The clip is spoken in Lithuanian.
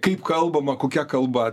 kaip kalbama kokia kalba